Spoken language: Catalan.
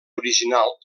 original